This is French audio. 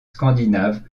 scandinave